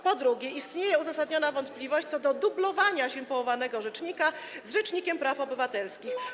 Po drugie, istnieje uzasadniona wątpliwość co do dublowania się powołanego rzecznika z rzecznikiem praw obywatelskich.